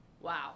wow